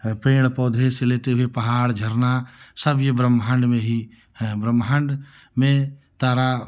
है पेड़ पौधे से लेकर के पहाड़ झरना सब यह ब्रह्माण्ड में ही है ब्रह्माण्ड में तारा